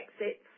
exits